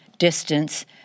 Distance